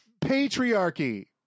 patriarchy